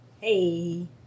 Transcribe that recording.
hey